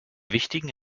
wichtigen